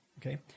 Okay